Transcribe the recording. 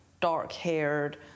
dark-haired